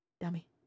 Dummy